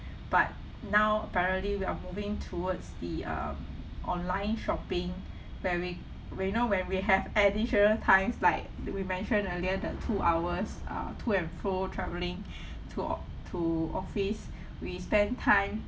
but now apparently we are moving towards the um online shopping where we we know when we have additional times like we mentioned earlier the two hours uh to and fro traveling to o~ to office we spend time